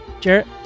Jarrett